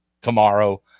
tomorrow